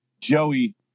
Joey